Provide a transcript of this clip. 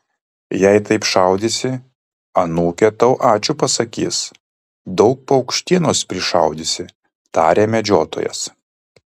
jei taip šaudysi anūkė tau ačiū pasakys daug paukštienos prišaudysi tarė medžiotojas